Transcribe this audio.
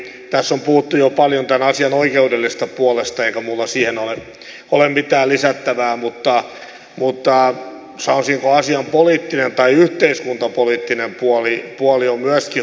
tässä on puhuttu jo paljon tämän asian oikeudellisesta puolesta eikä minulla siihen ole mitään lisättävää mutta sanoisinko asian poliittinen tai yhteiskuntapoliittinen puoli on myöskin huomattava